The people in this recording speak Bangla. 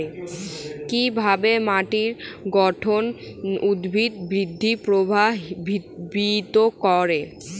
কিভাবে মাটির গঠন উদ্ভিদ বৃদ্ধি প্রভাবিত করে?